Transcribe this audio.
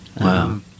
Wow